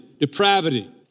Depravity